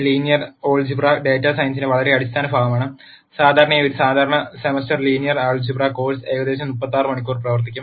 linear algebra data സയൻസിന്റെ വളരെ അടിസ്ഥാന ഭാഗമാണ് സാധാരണയായി ഒരു സാധാരണ semester linear algebra course ഏകദേശം 36 മണിക്കൂർ പ്രവർത്തിക്കും